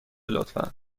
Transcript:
لطفا